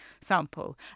sample